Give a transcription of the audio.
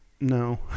no